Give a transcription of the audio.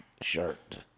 shirt